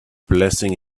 blessing